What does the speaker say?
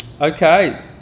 Okay